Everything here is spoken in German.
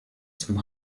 zum